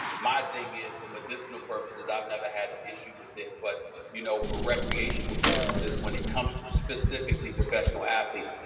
my thing is for medicinal purposes, i've never had an issue with it. but you know, for recreational purposes when it comes to specifically professional athletes,